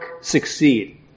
succeed